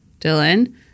Dylan